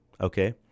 okay